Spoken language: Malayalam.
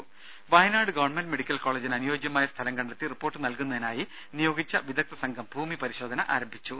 രുദ വയനാട് ഗവണ്മെന്റ് മെഡിക്കൽ കോളേജിന് അനുയോജ്യമായ സ്ഥലം കണ്ടെത്തി റിപ്പോർട്ട് നൽകുന്നതിനായി നിയോഗിച്ച വിദഗ്ധ സംഘം ഭൂമി പരിശോധന ആരംഭിച്ചു